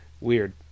weird